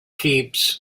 keeps